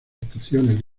estaciones